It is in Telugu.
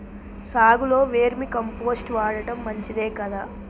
సాగులో వేర్మి కంపోస్ట్ వాడటం మంచిదే కదా?